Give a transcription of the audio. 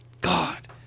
God